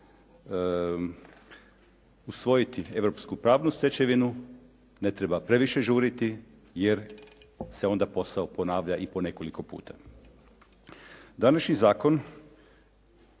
usvojiti europsku pravnu stečevinu ne treba previše žuriti jer se onda posao ponavlja i po nekoliko puta. Današnji zakon